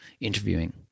interviewing